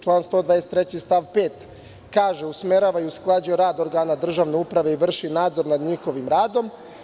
Član 123. stav 5. kaže: „Usmerava i usklađuje rad organa državne uprave i vrši nadzor nad njihovim radom“